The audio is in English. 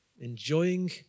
enjoying